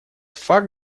факт